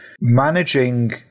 managing